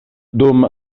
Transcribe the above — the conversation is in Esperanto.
dum